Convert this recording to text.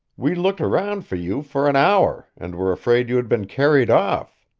we looked around for you for an hour, and were afraid you had been carried off.